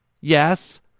Yes